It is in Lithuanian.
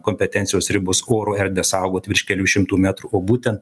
kompetencijos ribos oro erdvę saugot virš kelių šimtų metrų o būtent